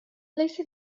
ليس